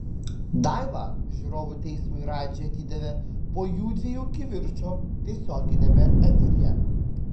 daivą žiūrovų teismui radži atidavė po jųdviejų kivirčo tiesioginiame eteryje